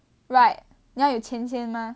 right 你要有钱先嘛